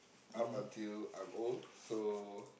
up until I'm old so